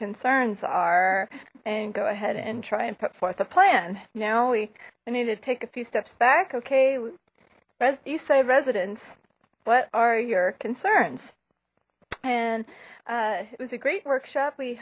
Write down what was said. concerns are and go ahead and try and put forth a plan now we need to take a few steps back okay east side residents what are your concerns and it was a great workshop we